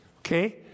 Okay